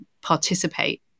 participate